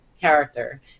character